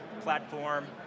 platform